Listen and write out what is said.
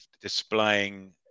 displaying